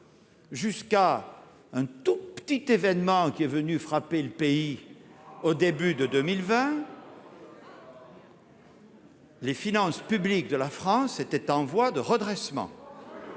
Jusqu'à un tout petit événement qui est venu frapper le pays au début de 2020. Les finances publiques de la France était en voie de redressement.